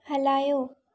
हलायो